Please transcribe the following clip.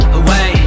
away